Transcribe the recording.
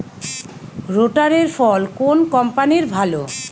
রোটারের ফল কোন কম্পানির ভালো?